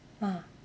!wah!